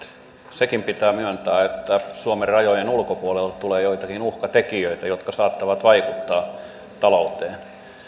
sekin pitää myöntää että suomen rajojen ulkopuolelta tulee joitakin uhkatekijöitä jotka saattavat vaikuttaa talouteen